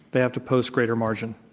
they have to post greater margin.